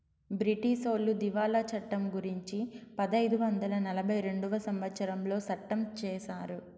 బ్రిటీసోళ్లు దివాళా చట్టం గురుంచి పదైదు వందల నలభై రెండవ సంవచ్చరంలో సట్టం చేశారు